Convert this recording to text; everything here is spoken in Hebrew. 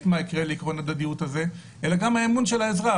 לעיקרון ההדדיות הזה אבל גם האמון של האזרח